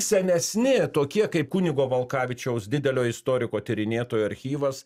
senesni tokie kaip kunigo valkavičiaus didelio istoriko tyrinėtojo archyvas